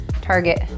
target